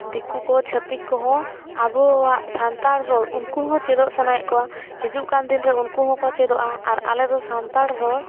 ᱫᱤᱠᱩ ᱠᱚ ᱪᱷᱟᱹᱛᱤᱠ ᱠᱚᱦᱚᱸ ᱟᱵᱚᱣᱟᱜ ᱥᱟᱱᱛᱟᱲ ᱨᱚᱲ ᱩᱱᱠᱩ ᱦᱚᱸ ᱪᱮᱫᱚᱜ ᱥᱟᱱᱟᱭᱮᱫ ᱠᱚᱣᱟ ᱦᱤᱡᱩᱜ ᱠᱟᱱ ᱫᱤᱱᱨᱮ ᱩᱱᱠᱩ ᱦᱚᱸᱠᱚ ᱪᱮᱫᱚᱜᱼᱟ ᱟᱨ ᱟᱞᱮ ᱫᱚ ᱥᱟᱱᱛᱟᱲ ᱨᱚᱲ